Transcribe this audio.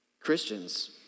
Christians